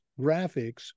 graphics